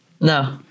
No